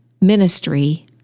ministry